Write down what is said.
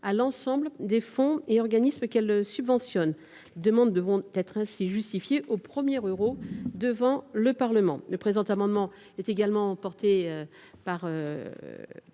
à l’ensemble des fonds et organismes qu’elle subventionne. Les demandes devront ainsi être justifiées au premier euro devant le Parlement. Le présent amendement est également défendu par